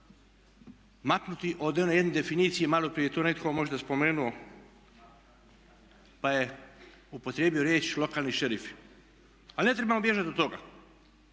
maknuti od one jedne definicije maloprije je tu netko možda spomenuo, pa je upotrijebio riječ lokalni šerifi. Ali ne trebamo bježati od toga.